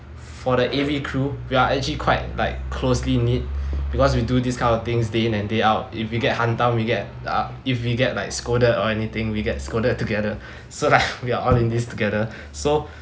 for the A_V crew we are actually quite like closely knit because we do this kind of things day in and day out if we get hamtam we get uh if we get like scolded or anything we get scolded together so like we are all in this together so